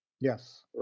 Yes